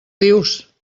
dius